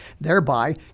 thereby